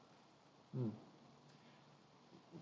mm